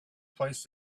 placed